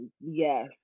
yes